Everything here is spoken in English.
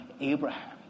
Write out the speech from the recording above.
Abraham